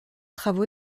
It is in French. travaux